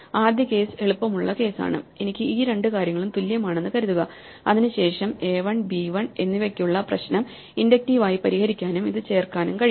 ആദ്യ കേസ് എളുപ്പമുള്ള കേസാണ് എനിക്ക് ഈ രണ്ട് കാര്യങ്ങളും തുല്യമാണെന്ന് കരുതുക അതിനുശേഷം എ 1 ബി 1 എന്നിവയ്ക്കുള്ള പ്രശ്നം ഇൻഡക്റ്റീവ് ആയി പരിഹരിക്കാനും ഇത് ചേർക്കാനും കഴിയും